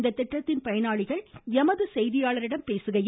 இந்த திட்டத்தின் பயனாளிகள் எமது செய்தியாளரிடம் பேசுகையில்